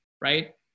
Right